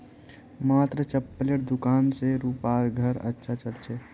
मात्र चप्पलेर दुकान स रूपार घर अच्छा चल छ